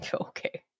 Okay